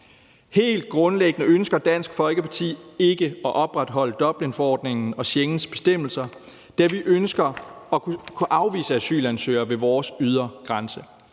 Helt grundlæggende ønsker Dansk Folkeparti ikke at opretholde Dublinforordningen og Schengens bestemmelser, da vi ønsker at kunne afvise asylansøgere ved vores ydre grænse,